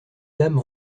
dames